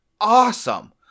awesome